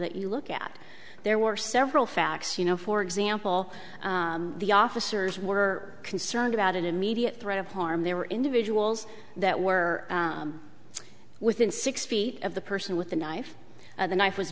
that you look at there were several facts you know for example the officers were concerned about an immediate threat of harm they were individuals that were within six feet of the person with the knife or the knife was